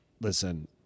listen